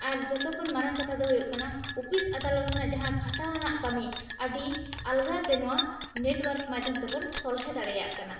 ᱟᱨ ᱡᱷᱚᱛᱚ ᱠᱷᱚᱱ ᱢᱟᱨᱟᱝ ᱠᱟᱛᱷᱟ ᱫᱚ ᱦᱩᱭᱩᱜ ᱠᱟᱱᱟ ᱚᱯᱷᱤᱥ ᱟᱫᱟᱞᱚᱛ ᱨᱮᱱᱟᱜ ᱡᱟᱦᱟᱸ ᱠᱷᱟᱴᱟᱣ ᱟᱱᱟᱜ ᱠᱟᱹᱢᱤ ᱟᱹᱰᱤ ᱟᱞᱜᱟ ᱛᱮ ᱱᱚᱣᱟ ᱱᱮᱴᱣᱟᱨᱠ ᱢᱟᱫᱷᱭᱚᱢ ᱛᱮ ᱵᱚᱱ ᱥᱚᱞᱦᱮ ᱫᱟᱲᱮᱭᱟᱜ ᱠᱟᱱᱟ